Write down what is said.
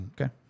Okay